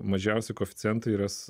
mažiausi koeficientai yra